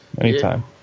anytime